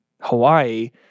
Hawaii